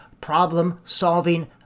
problem-solving